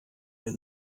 der